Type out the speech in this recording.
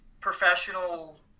professional